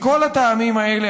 מכל הטעמים האלה,